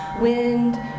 wind